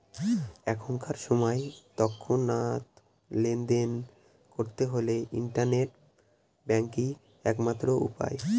এখনকার সময় তৎক্ষণাৎ লেনদেন করতে হলে ইন্টারনেট ব্যাঙ্কই এক মাত্র উপায়